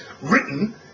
written